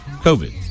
COVID